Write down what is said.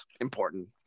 important